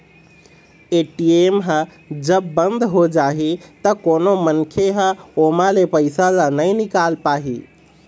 ATM ह जब बंद हो जाही त कोनो मनखे ह ओमा ले पइसा ल नइ निकाल पाही